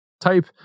type